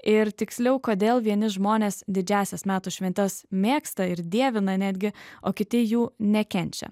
ir tiksliau kodėl vieni žmonės didžiąsias metų šventes mėgsta ir dievina netgi o kiti jų nekenčia